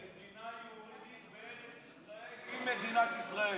כתוב: "מדינה יהודית בארץ ישראל היא מדינת ישראל".